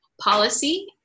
policy